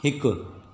हिकु